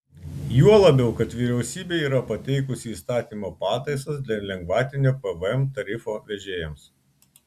juo labiau kad vyriausybė yra pateikusi įstatymo pataisas dėl lengvatinio pvm tarifo vežėjams